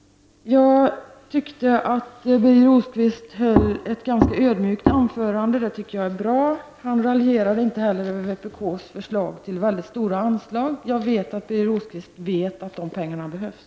Birger Rosqvist höll ett ganska ödmjukt anförande. Det är bra. Han raljerade inte heller över vänsterpartiets förslag till väldigt stora anslag. Jag vet att Birger Rosqvist vet att pengarna behövs.